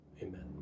Amen